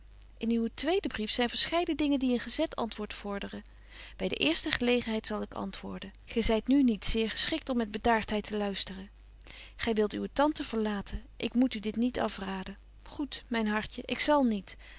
in uwen tweeden brief zyn verscheiden dingen die een gezet antwoord vorderen by de eerste gelegenheid zal ik antwoorden gy zyt nu niet zeer geschikt om met bedaartheid te luisteren gy wilt uwe tante verlaten ik moet u dit niet afraden goed myn hartje ik zal niet